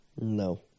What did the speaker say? no